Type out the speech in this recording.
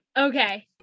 Okay